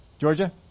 Georgia